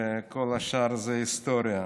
וכל השאר זה היסטוריה.